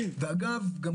ואגב כל